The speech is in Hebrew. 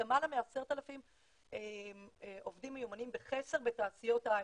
אבל אגיד שיש למעלה מ-10,000 עובדים מיומנים בחסר בתעשיות ההייטק.